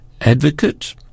advocate